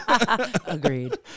Agreed